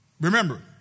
remember